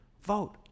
vote